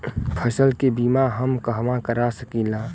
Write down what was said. फसल के बिमा हम कहवा करा सकीला?